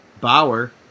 Bauer